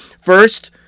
First